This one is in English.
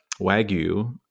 Wagyu